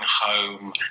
home